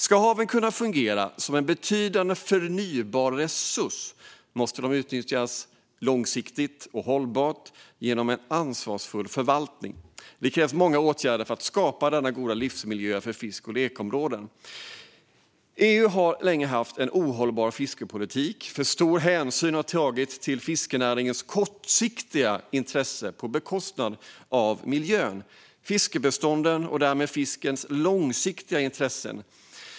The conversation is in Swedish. Ska haven kunna fungera som en betydande förnybar resurs måste de nyttjas långsiktigt och hållbart, genom en ansvarsfull förvaltning. Det krävs många åtgärder för att skapa goda livsmiljöer för fisk och lekområden. EU har länge haft en ohållbar fiskepolitik. För stor hänsyn har tagits till fiskenäringens kortsiktiga intresse, på bekostnad av miljön och fiskbestånden och därmed på bekostnad av fiskets långsiktiga intressen.